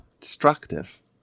destructive